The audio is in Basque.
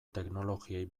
teknologiei